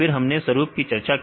फिर हमने स्वरूप की चर्चा की